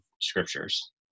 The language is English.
scriptures